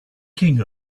king